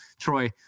Troy